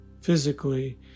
physically